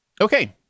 Okay